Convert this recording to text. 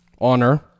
honor